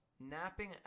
Napping